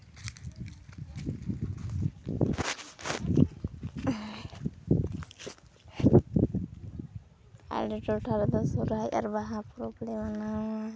ᱟᱞᱮ ᱴᱚᱴᱷᱟ ᱨᱮᱫᱚ ᱥᱚᱨᱦᱟᱭ ᱟᱨ ᱵᱟᱦᱟ ᱯᱚᱨᱚᱵᱽ ᱞᱮ ᱢᱟᱱᱟᱣᱟ